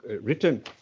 written